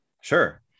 sure